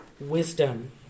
wisdom